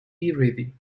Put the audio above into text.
ready